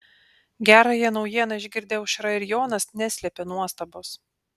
gerąją naujieną išgirdę aušra ir jonas neslėpė nuostabos